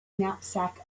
knapsack